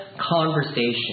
conversation